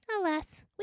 Alas